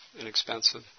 inexpensive